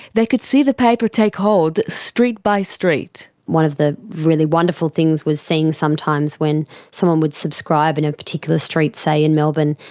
they could see the paper take hold, street by street. one of the really wonderful things was seeing sometimes when someone would subscribe in a particular street, say, in melbourne,